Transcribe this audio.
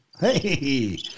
Hey